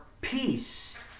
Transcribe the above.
peace